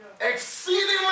Exceedingly